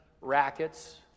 rackets